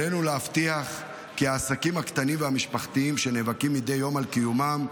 עלינו להבטיח כי העסקים הקטנים והמשפחתיים שנאבקים מדי יום על קיומם,